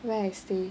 where I stay